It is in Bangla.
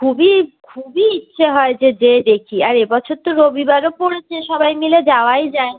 খুবই খুবই ইচ্ছে হয় যে যেয়ে দেখি আর এবছর তো রবিবারও পড়েছে সবাই মিলে যাওয়াই যায়